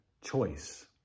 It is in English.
choice